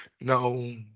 no